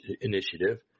Initiative